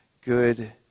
good